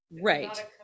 Right